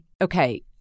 Okay